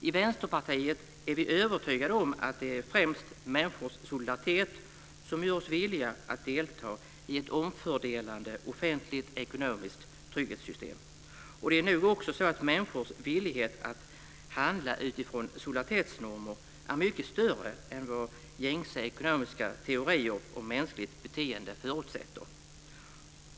I Vänsterpartiet är vi övertygade om att det är främst människors solidaritet som gör oss villiga att delta i ett omfördelande offentligt ekonomiskt trygghetssystem. Människors villighet att handla utifrån solidaritetsnormer är nog också mycket större än vad gängse ekonomiska teorier om mänskligt beteende förutsätter.